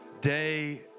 day